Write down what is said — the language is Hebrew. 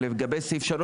לגבי סעיף 3,